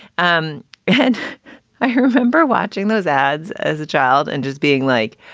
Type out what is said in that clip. um and i remember watching those ads as a child and just being like,